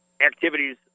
activities